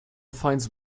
finds